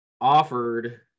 offered